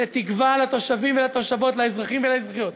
לתת תקווה לתושבים ולתושבות, לאזרחים ולאזרחיות,